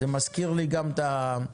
זה מזכיר את נושא